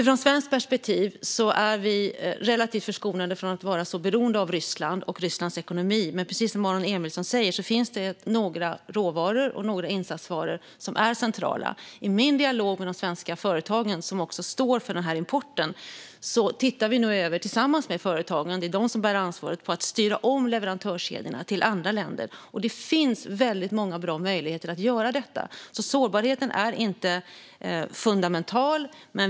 Från svenskt perspektiv är vi relativt förskonade från att vara så beroende av Ryssland och Rysslands ekonomi. Precis som Aron Emilsson säger finns det dock några råvaror och insatsvaror som är centrala. I min dialog med de svenska företag som står för denna import tittar vi nu tillsammans - det är företagen som bär ansvaret - på att styra om leverantörskedjorna till andra länder. Det finns väldigt många bra möjligheter att göra detta. Sårbarheten är alltså inte fundamental.